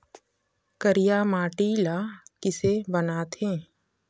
करिया माटी ला किसे बनाथे?